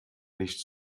nicht